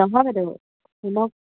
নহয় বাইদেউ শুনক